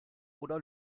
oder